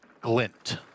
glint